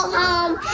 home